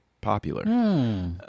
popular